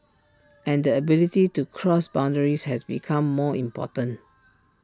and the ability to cross boundaries has become more important